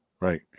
Right